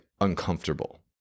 uncomfortable